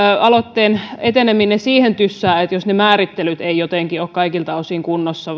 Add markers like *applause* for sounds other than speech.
aloitteen eteneminen ainakaan siihen tyssää että ne määrittelyt eivät jotenkin ole kaikilta osin kunnossa *unintelligible*